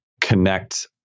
connect